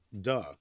duh